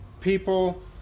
people